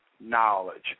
knowledge